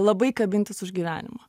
labai kabintis už gyvenimo